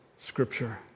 Scripture